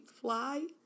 fly